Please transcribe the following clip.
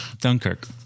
Dunkirk